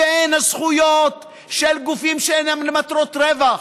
הזכויות של גופים שאינם למטרות רווח,